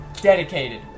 dedicated